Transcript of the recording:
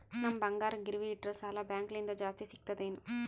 ನಮ್ ಬಂಗಾರ ಗಿರವಿ ಇಟ್ಟರ ಸಾಲ ಬ್ಯಾಂಕ ಲಿಂದ ಜಾಸ್ತಿ ಸಿಗ್ತದಾ ಏನ್?